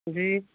जी